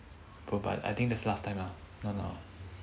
bro but I think the last time lah no no